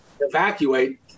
evacuate